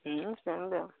ହୁଁ ସେମିତି ଆଉ